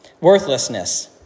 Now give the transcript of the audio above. worthlessness